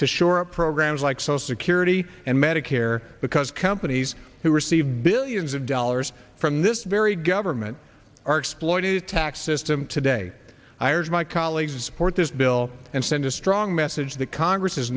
to shore up programs like social security and medicare because companies who receive billions of dollars from this very government are exploited tax system today i urge my colleagues port this bill and send a strong message that congress is